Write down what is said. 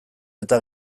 eta